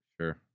sure